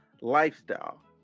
lifestyle